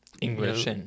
English